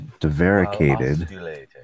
devaricated